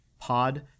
pod